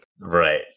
Right